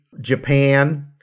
Japan